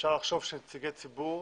אפשר לחשוב שנציגי ציבור,